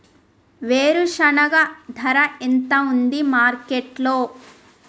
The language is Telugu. వేరుశెనగ ధర ఎంత ఉంది మార్కెట్ లో?